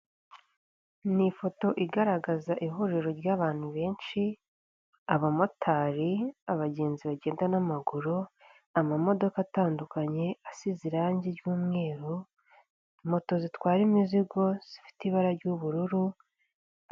Ni ifoto igaragaza ihuriro ry'abana benshi, abamotari abagenzi bagenda n'amaguru amamodoka atandukanye asize irangi ry'umweru moto zitwara imizigo zifite ibara ry'ubururu.